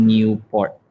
Newport